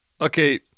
okay